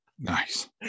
nice